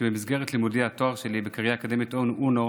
שבמסגרת לימודי התואר שלי בקריה האקדמית אונו